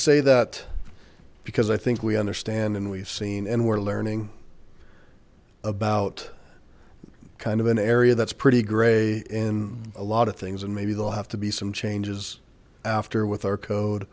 say that because i think we understand and we've seen and we're learning about kind of an area that's pretty gray in a lot of things and maybe they'll have to be some changes after with our code